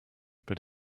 but